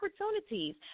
opportunities